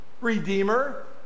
redeemer